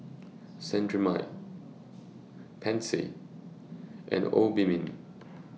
Cetrimide Pansy and Obimin